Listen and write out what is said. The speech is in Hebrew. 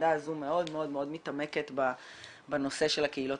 הוועדה הזו מאוד מאוד מתעמקת בנושא של הקהילות